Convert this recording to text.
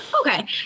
Okay